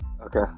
Okay